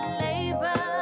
labor